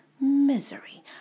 misery